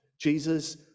Jesus